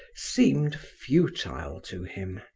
seemed futile to him.